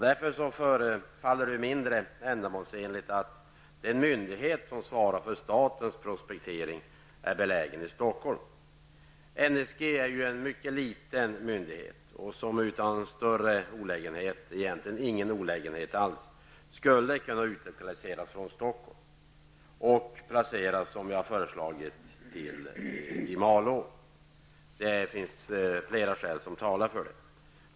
Därför förefaller det mindre ändamålsenligt att den myndighet som svarar för statens prospektering är belägen i Stockholm. NSG är ju en mycket liten myndighet som utan större olägenhet, egentligen ingen olägenhet alls, skulle kunna utlokaliseras från Stockholm och placeras som vi har föreslagit i Malå. Flera skäl talar för det.